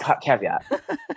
caveat